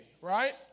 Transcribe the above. right